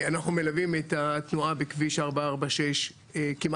אנחנו מלווים את התנועה בכביש 446 כמעט